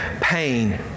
pain